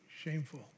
shameful